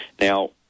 Now